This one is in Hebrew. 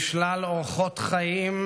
משלל אורחות חיים,